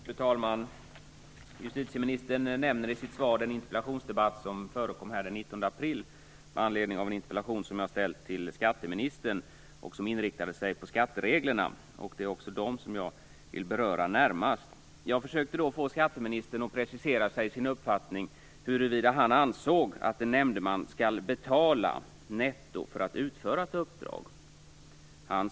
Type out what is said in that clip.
Fru talman! Justitieministern nämner i sitt svar den interpellationsdebatt som förekom här i kammaren den 19 april med anledning av en interpellation som jag hade ställt till skatteministern och som inriktade sig på skattereglerna. Det är också dessa som jag närmast vill beröra. Jag försökte då få skatteministern att precisera sin uppfattning och tala om huruvida han ansåg att en nämndeman skall betala netto för att utföra ett uppdrag.